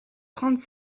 trente